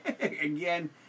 Again